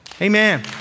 Amen